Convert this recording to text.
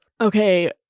Okay